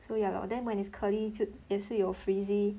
so ya lor then when it's curly 就也是有 frizzy